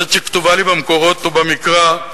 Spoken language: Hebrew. זאת שכתובה לי במקורות ובמקרא,